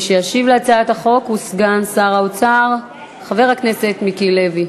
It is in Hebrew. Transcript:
מי שישיב על הצעת החוק הוא סגן שר האוצר חבר הכנסת מיקי לוי.